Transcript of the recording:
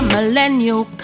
Millennial